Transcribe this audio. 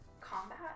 combat